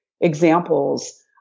examples